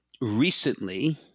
recently